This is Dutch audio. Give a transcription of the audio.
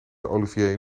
olivier